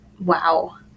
Wow